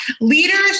Leaders